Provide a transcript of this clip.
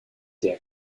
der